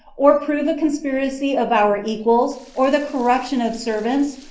or prove a conspiracy of our equals, or the corruption of servants,